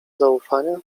zaufania